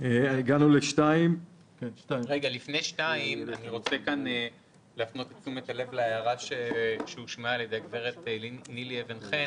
אני רוצה כאן להפנות את תשומת הלב להערה שאמרה גברת נילי אבן-חן.